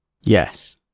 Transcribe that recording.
Yes